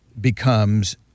becomes